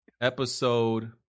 episode